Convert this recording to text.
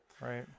right